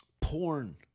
porn